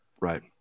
Right